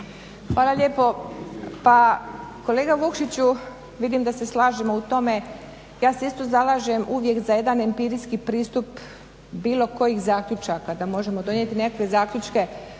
Hvala lijepo. Pa kolega Vukšiću, vidim da se slažemo u tome, ja se isto zalažem uvijek za jedan empirijski pristup bilo kojih zaključaka, da možemo donijeti nekakve zaključke,